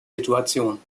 situation